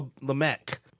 Lamech